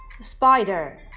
spider